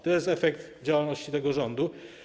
To jest efekt działalności tego rządu.